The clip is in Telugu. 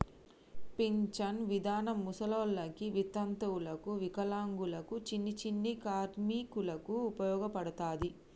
పింఛన్ విధానం ముసలోళ్ళకి వితంతువులకు వికలాంగులకు చిన్ని చిన్ని కార్మికులకు ఉపయోగపడతది